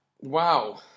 Wow